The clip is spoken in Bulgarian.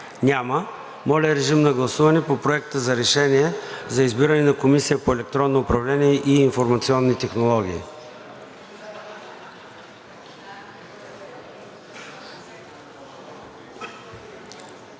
Няма. Моля, гласувайте по Проекта на решение за избиране на Комисията по електронно управление и информационни технологии.